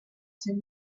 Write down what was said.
seu